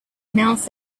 announced